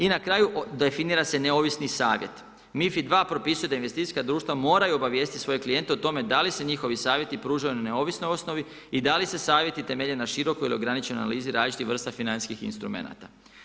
I na kraju, definira se neovisni savjet. ... propisuje da investicijska društva moraju obavijestiti svoje klijente o tome da li se njihovi savjeti pružaju na neovisnoj osnovi i da li se savjeti temelje na širokoj ili ograničenoj analizi različitih vrsta financijskih instrumenata.